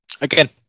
Again